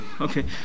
okay